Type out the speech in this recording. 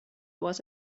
was